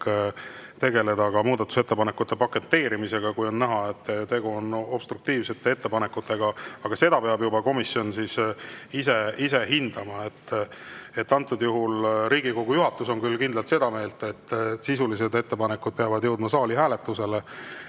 tegeleda ka muudatusettepanekute paketeerimisega, kui on näha, et tegu on obstruktiivsete ettepanekutega. Aga seda peab juba komisjon ise hindama. Antud juhul Riigikogu juhatus on küll kindlalt seda meelt, et sisulised ettepanekud peavad jõudma saali hääletusele,